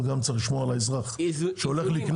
אבל גם צריך לשמור על האזרח שהולך לקנות.